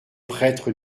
prêtre